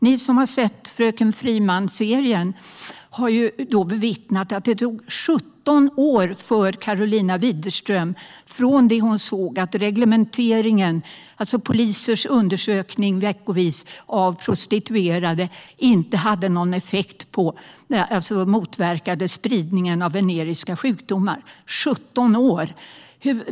Ni som har sett Fröken Friman serien har bevittnat att det tog 17 år för Karolina Widerström från det hon såg att reglementeringen, alltså polisens veckovisa undersökning av prostituerade, inte hade någon effekt på eller motverkade spridningen av veneriska sjukdomar - 17 år!